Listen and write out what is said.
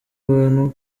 abantu